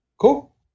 Cool